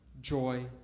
joy